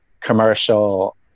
commercial